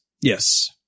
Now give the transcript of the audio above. Yes